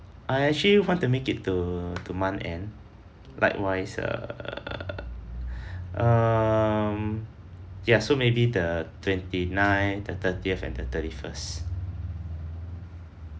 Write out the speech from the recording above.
I actually want to make it to to month end likewise err um ya so maybe the twenty nine the thirtieth and the thirty first